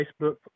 Facebook